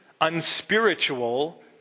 unspiritual